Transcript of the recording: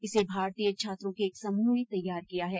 इसे भारतीय छात्रों के एक समूह ने तैयार किया है